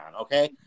okay